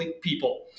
people